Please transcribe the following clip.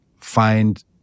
find